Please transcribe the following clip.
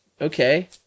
okay